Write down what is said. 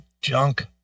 junk